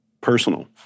personal